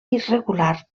irregular